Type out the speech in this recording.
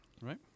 Right